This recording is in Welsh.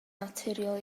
naturiol